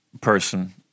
person